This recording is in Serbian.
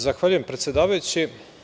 Zahvaljujem, predsedavajući.